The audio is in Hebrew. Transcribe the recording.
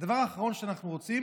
הדבר האחרון שאנחנו רוצים